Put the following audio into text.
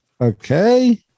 Okay